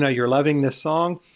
ah you're loving this song.